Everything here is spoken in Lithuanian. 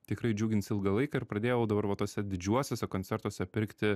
tikrai džiugins ilgą laiką ir pradėjau dabar va tuose didžiuosiuose koncertuose pirkti